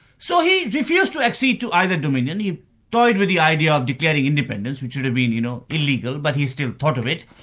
so he refused to accede to either dominion he toyed with the idea of declaring independence, which would have been you know illegal, but he still thought of it,